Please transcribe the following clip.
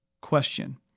question